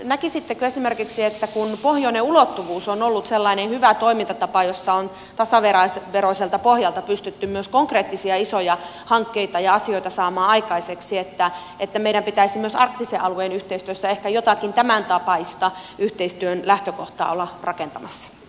näkisittekö esimerkiksi että kun pohjoinen ulottuvuus on ollut sellainen hyvä toimintatapa jossa on tasaveroiselta pohjalta pystytty myös konkreettisia isoja hankkeita ja asioita saamaan aikaiseksi että meidän pitäisi myös arktisen alueen yhteistyössä ehkä jotakin tämän tapaista yhteistyön lähtökohtaa olla rakentamassa